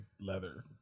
leather